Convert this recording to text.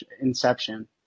inception